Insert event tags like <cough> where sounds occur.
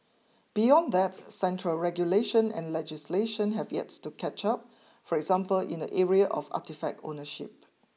beyond that central regulation and legislation have yet to catch up <noise> for example in the area of artefact ownership